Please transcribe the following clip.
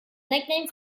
nickname